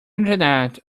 internet